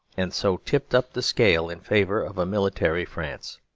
and so tipped up the scale in favour of a military france.